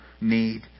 need